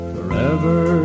Forever